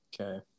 Okay